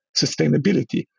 sustainability